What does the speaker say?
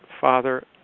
father